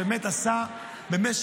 שבאמת עשה במשך